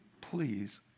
please